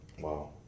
wow